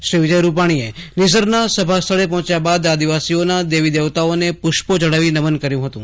શ્રી વિજય રૂપાણીએ નિઝરના સભા સ્થળે પહોંચ્યા બાદ આદિવાસીઓના દેવી દેવતાઓને પ્રષ્પો ચઢાવી નમન કર્યું હતું